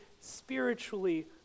spiritually